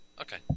Okay